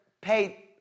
pay